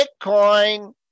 Bitcoin